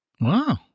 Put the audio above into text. Wow